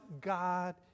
God